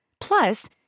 Plus